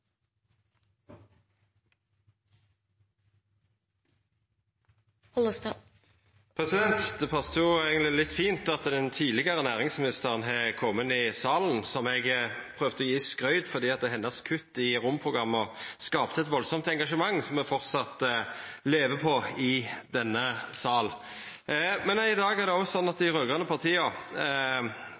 fint at den tidlegare næringsministeren har kome i salen, som eg prøvde å gje skryt fordi hennar kutt i romprogramma skapte eit kraftig engasjement, som ein framleis lever på i denne salen. Men i dag er det òg sånn at dei raud-grøne partia,